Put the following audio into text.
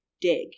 dig